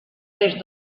des